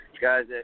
Guys